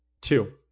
Two